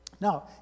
Now